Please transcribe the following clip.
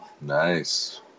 Nice